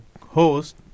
host